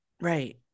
right